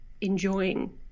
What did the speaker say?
enjoying